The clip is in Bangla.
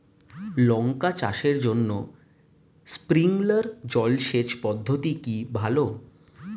লঙ্কা চাষের জন্য স্প্রিংলার জল সেচ পদ্ধতি কি ভালো?